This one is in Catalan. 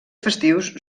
festius